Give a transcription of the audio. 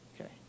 okay